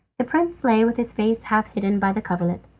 the prince lay with his face half hidden by the coverlet.